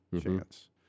chance